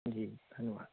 ਜੀ ਧੰਨਵਾਦ